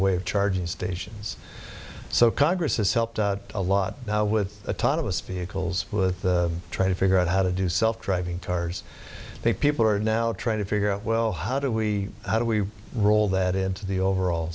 way of charging stations so congress has helped out a lot now with a ton of us vehicles with trying to figure out how to do self driving cars the people are now trying to figure out well how do we how do we roll that into the overall